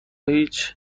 هیچ